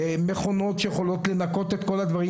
מכונות שיכולות לנקות את כל הדברים,